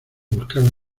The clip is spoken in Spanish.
buscarla